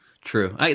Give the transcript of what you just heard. true